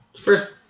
first